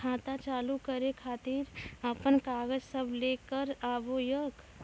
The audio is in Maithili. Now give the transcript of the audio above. खाता चालू करै खातिर आपन कागज सब लै कऽ आबयोक?